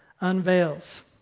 unveils